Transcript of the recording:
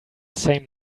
same